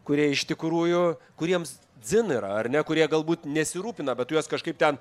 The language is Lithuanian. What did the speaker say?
kurie iš tikrųjų kuriems dzin yra ar ne kurie galbūt nesirūpina bet juos kažkaip ten